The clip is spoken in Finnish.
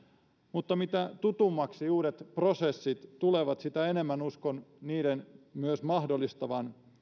mutta mitä tutummaksi uudet prosessit tulevat sitä enemmän uskon niiden myös mahdollistavan